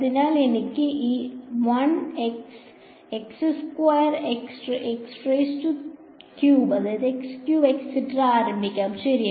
അതിനാൽ എനിക്ക് ഈ ആരംഭിക്കാം ശരി